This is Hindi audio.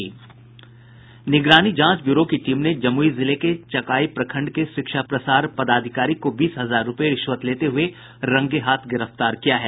निगरानी जाँ ब्यूरो की टीम ने जमुई जिले में चकाई प्रखंड के शिक्षा प्रसार पदाधिकारी को बीस हजार रुपये रिश्वत लेते हये रंगेहाथ गिरफ्तार किया है